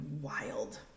wild